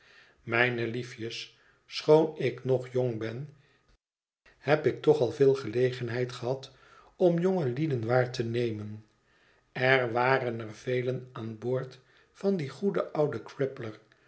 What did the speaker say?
mijne liefjes schoon ik nog jong ben heb ik toch al veel gelegenheid gehad om jongelieden waar te nemen er waren er velen aan boord van dien goeden ouden